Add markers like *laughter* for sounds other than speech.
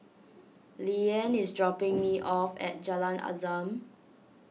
Leeann is dropping *noise* me off at Jalan Azam